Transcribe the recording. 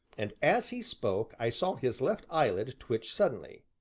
and, as he spoke, i saw his left eyelid twitch suddenly.